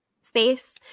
space